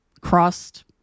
Crossed